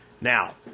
Now